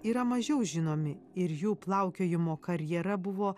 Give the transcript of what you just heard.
yra mažiau žinomi ir jų plaukiojimo karjera buvo